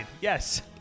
Yes